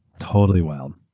totally wild.